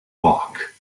walk